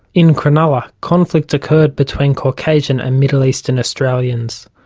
in cronulla, conflict occurred between caucasian and middle eastern australians.